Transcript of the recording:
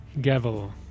Gavel